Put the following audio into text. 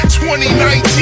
2019